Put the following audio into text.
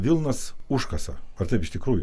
vilnas užkasa ar taip iš tikrųjų